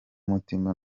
mutima